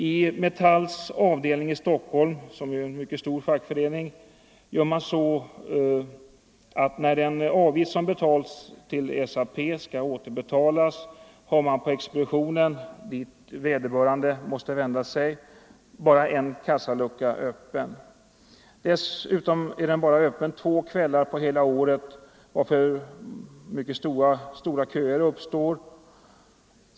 I Metalls avdelning i Stockholm, som ju är en mycket stor fackförening, gör man så att när den avgift som betalts till SAP skall återbetalas finns det på expeditionen, dit vederbörande måste vända sig, bara en kassalucka öppen. Dessutom är den öppen för det här ändamålet bara två kvällar på hela året, och mycket stora köer uppstår.